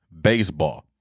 Baseball